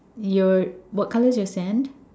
your what color is your sand